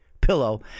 pillow